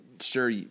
sure